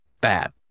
bad